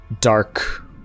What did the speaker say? dark